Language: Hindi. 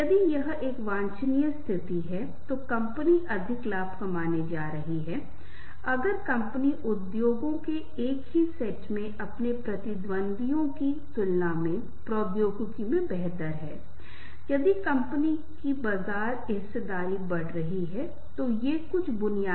इसलिए यह संवाद करने की इच्छा भी है जब तक कि हम संवाद नहीं कर रहे हैं अपनी समस्या बता रहे हैं अपने विचार बता रहे हैं अपनी राय बता रहे हैं दूसरे कैसे समझेंगे यह बहुत महत्वपूर्ण है हमें इस बात पर ध्यान नहीं देना चाहिए कि दूसरे समझेंगे नहीं नहीं दूसरे क्यों समझेंगे